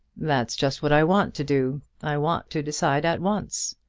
that's just what i want to do. i want to decide at once.